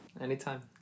Anytime